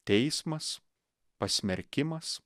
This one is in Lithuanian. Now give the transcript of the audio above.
teismas pasmerkimas